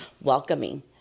welcoming